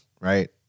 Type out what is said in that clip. right